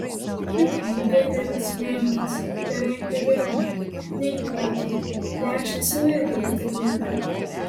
juk nei didelės menkės beveik nebėra nei otų plekšnės jau irgi retenybė